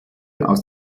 aus